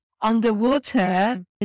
underwater